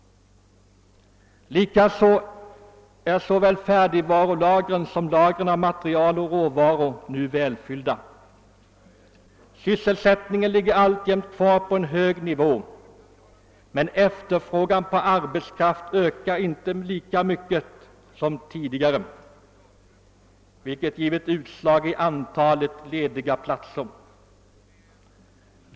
Likaså är såväl färdigvarulagren som lagren av material och råvaror nu välfyllda. Sysselsättningen ligger alltjämt kvar på en hög nivå, men efterfrågan på arbetskraft växer inte lika mycket som tidigare, vilket givit utslag i antalet lediga platser.